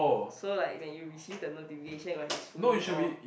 so like when you receive the notification got his full name all